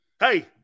Hey